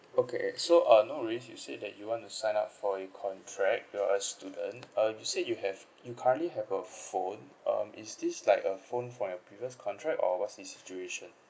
okay so uh no worries you said that you want to sign up for a contract you're a student uh you said you have you currently have a phone um is this like a phone from your previous contract or what's the situation